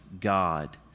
God